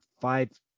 five